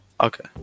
Okay